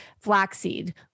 flaxseed